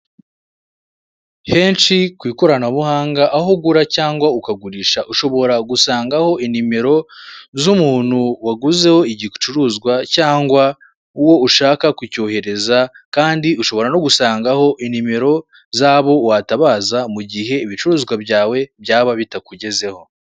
Henshi ku ikoranabuhanga aho ugura cyangwa ukagurisha ushobora gusangaho inimero z'umuntu waguzeho igicuruzwa cyangwa uwo ushaka kucyohereza, kandi ushobora no gusangaho inimero z'abo watabaza mu gihe ibicuruzwa byawe byaba bitakugezeho.